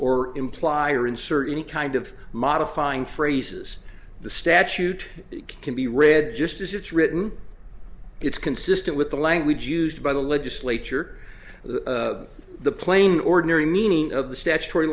or imply or insert any kind of modifying phrases the statute can be read just as it's written it's consistent with the language used by the legislature the plain ordinary meaning of the statutory